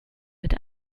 mit